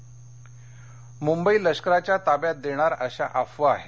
ठाकरे मुंबई लष्कराच्या ताब्यात देणार अशा अफवा आहेत